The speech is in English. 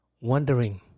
wondering